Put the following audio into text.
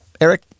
Eric